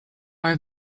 are